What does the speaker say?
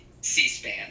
C-SPAN